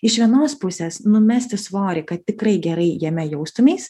iš vienos pusės numesti svorį kad tikrai gerai jame jaustumeis